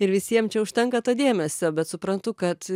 ir visiem čia užtenka to dėmesio bet suprantu kad